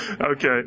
Okay